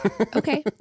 okay